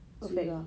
sunyi